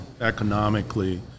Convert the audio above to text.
economically